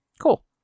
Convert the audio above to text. Cool